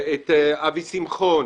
את אבי שמחון,